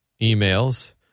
emails